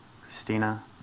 Christina